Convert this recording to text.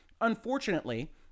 Unfortunately